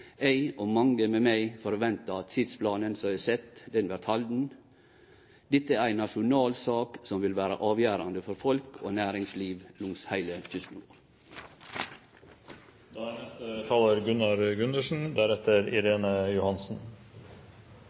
Eg – og mange med meg – ventar at tidsplanen som er sett, vert halden. Dette er ei nasjonal sak som vil vere avgjerande for folk og næringsliv langs heile kysten.